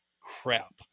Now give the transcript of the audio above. crap